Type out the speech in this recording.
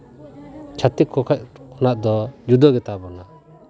ᱪᱷᱟᱹᱛᱤᱠ ᱠᱚ ᱠᱷᱚᱱᱟᱜ ᱫᱚ ᱡᱩᱫᱟᱹ ᱜᱮᱛᱟᱵᱚᱱᱟ